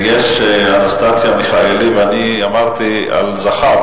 יש אנסטסיה מיכאלי ואני אמרתי על זכר,